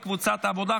קבוצת סיעת העבודה,